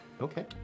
Okay